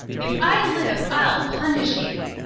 if i live i'll punish you!